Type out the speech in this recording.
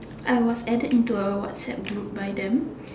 I was added into a Whatsapp group by them